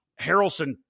Harrelson